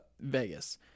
Vegas